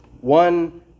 one